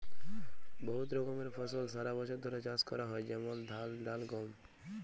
বহুত রকমের ফসল সারা বছর ধ্যরে চাষ ক্যরা হয় যেমল ধাল, ডাল, গম